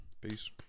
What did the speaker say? peace